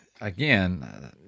again